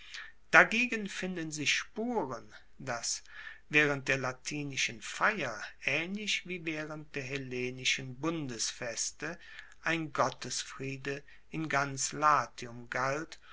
dagegen finden sich spuren dass waehrend der latinischen feier aehnlich wie waehrend der hellenischen bundesfeste ein gottesfriede in ganz latium galt